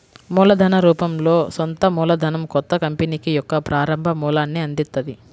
మూలధన రూపంలో సొంత మూలధనం కొత్త కంపెనీకి యొక్క ప్రారంభ మూలాన్ని అందిత్తది